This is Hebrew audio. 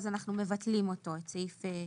אנחנו מבטלים את הסעיף.